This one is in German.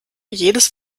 jedes